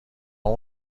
اون